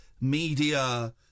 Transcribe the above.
media